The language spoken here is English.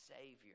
Savior